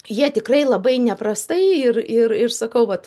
jie tikrai labai neprastai ir ir ir sakau vat